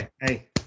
Hey